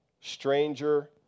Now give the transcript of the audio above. stranger